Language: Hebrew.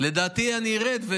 לדעתי אני ארד.